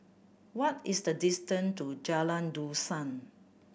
what is the distant to Jalan Dusun